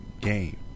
game